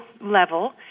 level